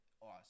awesome